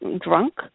drunk